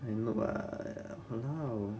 and you know what err !walao!